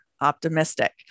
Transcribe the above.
optimistic